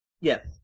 yes